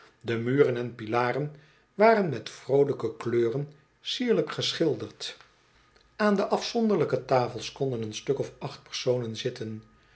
de muren en pilaren waren met vroolijke kleuren sierlijk geschilderd aan de afzondereen reiziger die geen handel drupt lijke tafels konden een stuk of acht personen zitten